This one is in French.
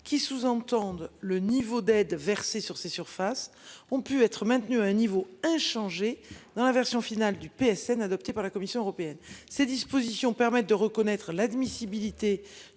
qui sous-entendent le niveau d'aide versées sur ces surfaces ont pu être maintenus à un niveau inchangé dans la version finale du PSN adopté par la Commission européenne, ces dispositions permettent de reconnaître l'admissibilité